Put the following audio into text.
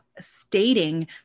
stating